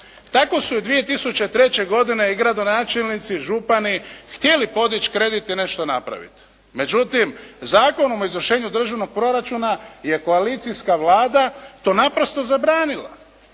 tako su i 2003. godine gradonačelnici i župani htjeli podići kredit i nešto napraviti. Međutim, Zakonom o izvršenju državnog proračuna je koalicijska Vlada to naprosto zabranila.